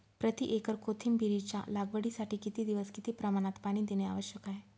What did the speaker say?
प्रति एकर कोथिंबिरीच्या लागवडीसाठी किती दिवस किती प्रमाणात पाणी देणे आवश्यक आहे?